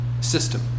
system